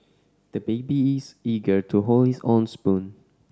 the baby is eager to hold his own spoon